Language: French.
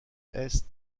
east